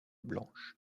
blanche